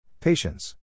Patience